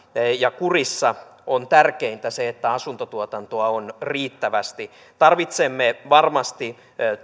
ja kurissa on tärkeintä se että asuntotuotantoa on riittävästi tarvitsemme varmasti